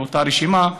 באותה רשימה,